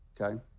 okay